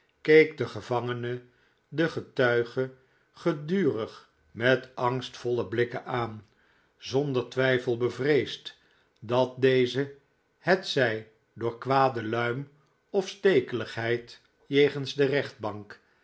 keek de gevangene den getuige gedurig met angstvolle blikken aan zonder twijfel bevreesd dat deze hetzij door kwade luim of stekeligheid jegens de rechtbank